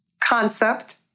concept